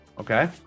Okay